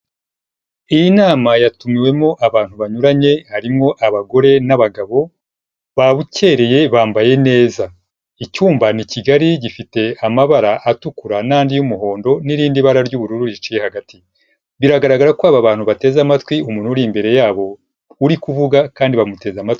Iyi nama yatumiwemo abantu banyuranye harimo abagore n'abagabo, babukereye bambaye neza, icyumba ni kigari, gifite amabara atukura n'andi y'umuhondo n'irindi bara ry'ubururu riciye hagati, biragaragara ko aba bantu bateze amatwi umuntu uri imbere yabo uri kuvuga kandi bamuteze amatwi.